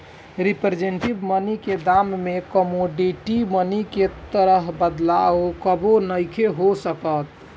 representative money के दाम में कमोडिटी मनी के तरह बदलाव कबो नइखे हो सकत